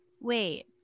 wait